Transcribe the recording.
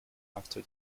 after